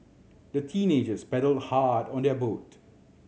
the teenagers paddled hard on their boat